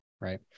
right